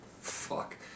Fuck